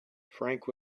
frank